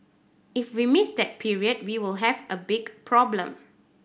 if we miss that period we will have a big problem